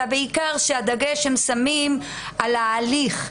אלא בעיקר שהדגש שהם שמים הוא על ההליך.